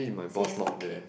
says okay